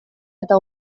eta